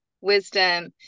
wisdom